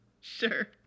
Sure